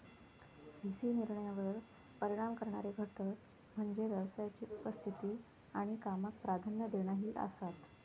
V C निर्णयांवर परिणाम करणारे घटक म्हणजे व्यवसायाची परिस्थिती आणि कामाक प्राधान्य देणा ही आसात